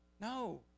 No